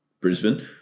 Brisbane